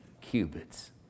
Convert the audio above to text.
cubits